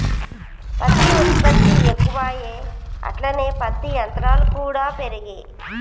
పత్తి ఉత్పత్తి ఎక్కువాయె అట్లనే పత్తి యంత్రాలు కూడా పెరిగే